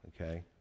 Okay